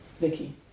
Vicky